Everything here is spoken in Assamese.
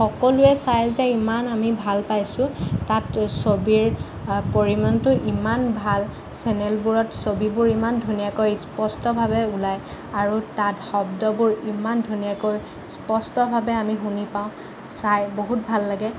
সকলোৱে চাই যে ইমান আমি ভাল পাইছোঁ তাত ছবিৰ পৰিমাণটো ইমান ভাল চেনেলবোৰত ছবিবোৰ ইমান ধুনীয়াকৈ স্পষ্টভাৱে ওলায় আৰু তাত শব্দবোৰ ইমান ধুনীয়াকৈ স্পষ্টভাৱে আমি শুনি পাওঁ চাই বহুত ভাল লাগে